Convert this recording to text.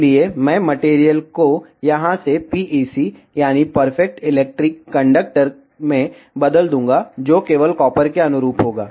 इसलिए मैं मटेरियल को यहां से PEC यानी परफेक्ट इलेक्ट्रिक कंडक्टर में बदल दूंगा जो केवल कॉपर के अनुरूप होगा